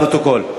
לפרוטוקול.